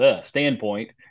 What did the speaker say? standpoint